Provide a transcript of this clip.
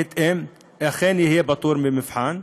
בהתאם יהיה פטור ממבחן,